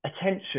attention